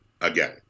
again